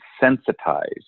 sensitized